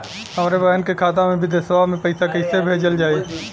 हमरे बहन के खाता मे विदेशवा मे पैसा कई से भेजल जाई?